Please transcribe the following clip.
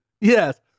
Yes